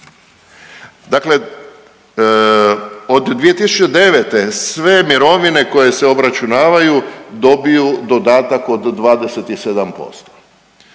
Dakle, od 2009. sve mirovine koje se obračunavaju dobiju dodatak od 27%.